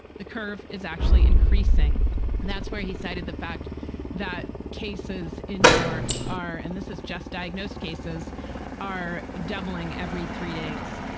the curve is actually increasing. and that's where he cited the fact that cases in new york are and this is just diagnosed cases are doubling every three days.